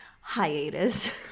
hiatus